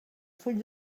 full